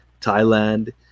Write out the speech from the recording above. Thailand